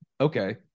Okay